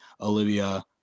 Olivia